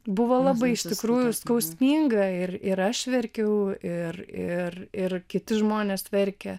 buvo labai iš tikrųjų skausminga ir ir aš verkiau ir ir kiti žmonės verkė